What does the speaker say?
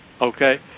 okay